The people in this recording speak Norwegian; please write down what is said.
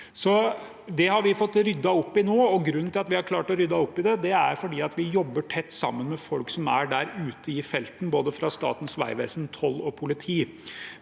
grunnen til at vi har klart å rydde opp i det, er at vi jobber tett sammen med folk som er der ute i felten, både fra Statens vegvesen, toll og politi.